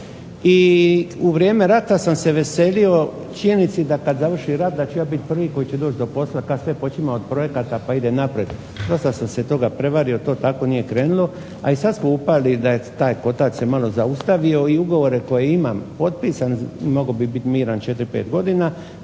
i u vrijeme rata sam se veselio činjenici da kad završi rat da ću ja biti prvi koji će doći do posla kad sve počima od projekata pa ide naprijed. Dosta sam se toga prevario, to tako nije krenulo, a i sad smo upali da je taj kotač se malo zaustavio i ugovore koje imam potpisane mogao bi biti miran 4, 5 godina.